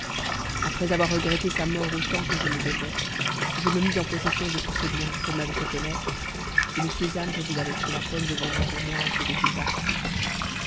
après avoir regretté sa mort autant que je le devais je me mis en possession de tous ses biens qu'elle m'avait fait connaître et le sésame que vous avez pris la peine de vendre pour moi en faisait une partie